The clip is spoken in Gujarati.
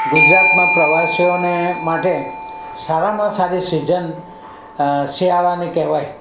ગુજરાતમાં પ્રવાસીઓને માટે સારામાં સારી સિઝન શિયાળાની કહેવાય